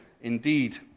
Indeed